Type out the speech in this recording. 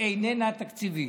איננה תקציבית.